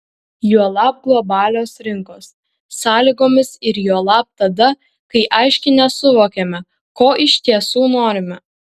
juolab globalios rinkos sąlygomis ir juolab tada kai aiškiai nesuvokiame ko iš tiesų norime